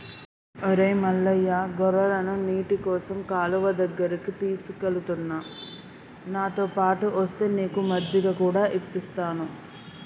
ఒరై మల్లయ్య గొర్రెలను నీటికోసం కాలువ దగ్గరికి తీసుకుఎలుతున్న నాతోపాటు ఒస్తే నీకు మజ్జిగ కూడా ఇప్పిస్తాను